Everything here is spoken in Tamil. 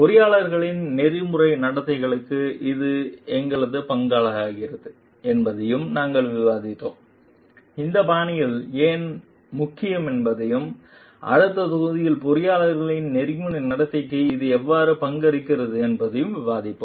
பொறியாளர்களின் நெறிமுறை நடத்தைக்கு இது எவ்வாறு பங்களிக்கிறது என்பதையும் நாங்கள் விவாதிப்போம் இந்த பாணிகள் ஏன் முக்கியம் என்பதையும் அடுத்த தொகுதியில் பொறியாளர்களின் நெறிமுறை நடத்தைக்கு இது எவ்வாறு பங்களிக்கிறது என்பதையும் விவாதிப்போம்